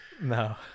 No